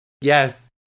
yes